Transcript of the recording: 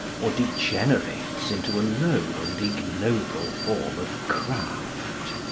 or degenerates into a low and ignoble form of craft.